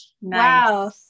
Wow